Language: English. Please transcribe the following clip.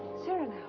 cyrano.